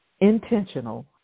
intentional